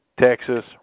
Texas